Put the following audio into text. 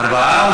ארבעה.